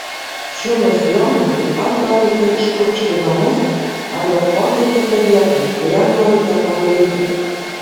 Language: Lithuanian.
šiuo losjonu taip pat galite išpurkšti namus ar bet kokią kitą vietą kurią norite apvalyti